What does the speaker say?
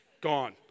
gone